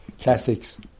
Classics